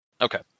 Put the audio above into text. Okay